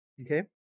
Okay